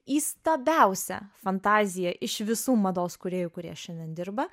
įstabiausią fantaziją iš visų mados kūrėjų kurie šiandien dirba